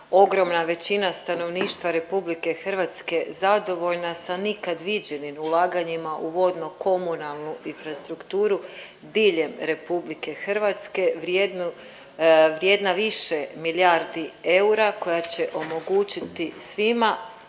ogromna većina stanovništva Republike Hrvatske zadovoljna sa nikad viđenim ulaganjima u vodno komunalnu infrastrukturu diljem Republike Hrvatske vrijedna više milijardi eura koja će omogućiti svima